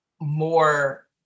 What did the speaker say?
more